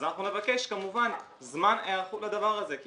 אז אנחנו נבקש כמובן זמן היערכות לדבר הזה כי